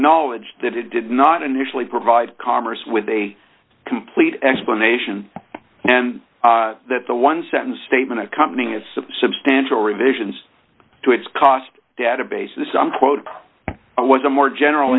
knowledge that it did not initially provide commerce with a complete explanation and that the one sentence statement accompanying is substantial revisions to its cost database the sum quote was a more general